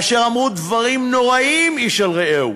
אשר אמרו דברים נוראים איש על רעהו,